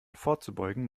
vorzubeugen